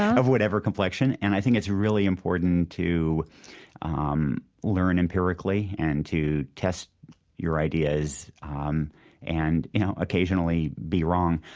of whatever complexion, and i think it's really important to ah um learn empirically and to test your ideas um and, you know, occasionally be wrong.